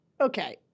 Okay